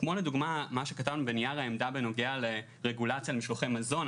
כמו מה שכתבנו בנייר העמדה בנוגע לרגולציה על משלוחי מזון,